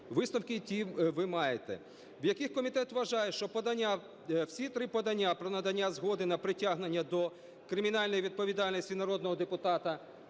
Висновки ті ви маєте, в яких комітет вважає, що всі три подання про надання згоди на притягнення до кримінальної відповідальності народного депутата